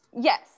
yes